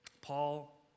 Paul